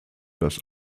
das